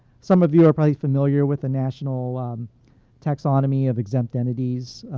some of you are probably familiar with the national taxonomy of exempt entities.